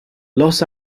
los